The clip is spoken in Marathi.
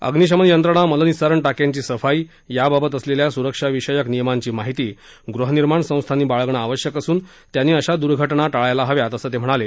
अग्निशमन यंत्रणा मलनिसारण टाक्यांची सफाई याबाबत असलेल्या सुरक्षाविषयक नियमांची माहिती गृहनिर्माण संस्थांनी बाळगणं आवश्यक असून त्यांनी अशा द्र्घटना टाळायला हव्यात असं ते म्हणाले